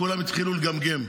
כולם התחילו לגמגם.